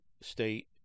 state